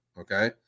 Okay